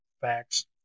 facts